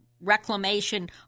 reclamation